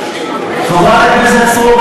חברת הכנסת סטרוק,